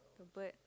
the bird